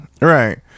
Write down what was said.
Right